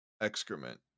excrement